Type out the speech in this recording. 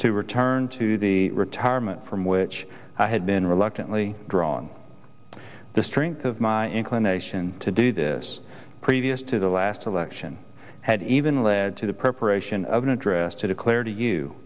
to return to the retirement from which i had been reluctantly drawn the strength of my inclination to do this previous to the last election had even led to the preparation of an address to declare to you